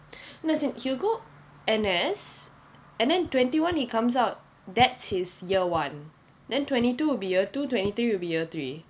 no as in he'll go N_S and then twenty one he comes out that's his year one then twenty two will be year two twenty three will be year three